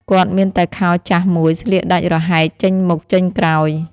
គាត់មានតែខោចាស់មួយស្លៀកដាច់រហែកចេញមុខចេញក្រោយ។